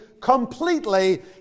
completely